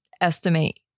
estimate